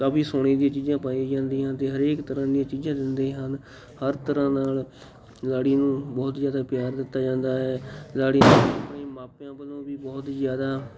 ਕਾਫੀ ਸੋਨੇ ਦੀਆਂ ਚੀਜ਼ਾਂ ਪਾਈਆਂ ਜਾਂਦੀਆਂ ਅਤੇ ਹਰੇਕ ਤਰ੍ਹਾਂ ਦੀਆਂ ਚੀਜ਼ਾਂ ਦਿੰਦੇ ਹਨ ਹਰ ਤਰ੍ਹਾਂ ਨਾਲ ਲਾੜੀ ਨੂੰ ਬਹੁਤ ਜ਼ਿਆਦਾ ਪਿਆਰ ਦਿੱਤਾ ਜਾਂਦਾ ਹੈ ਲਾੜੀ ਨੂੰ ਆਪਣੇ ਮਾਪਿਆਂ ਵੱਲੋਂ ਵੀ ਬਹੁਤ ਜ਼ਿਆਦਾ